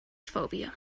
phobia